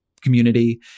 community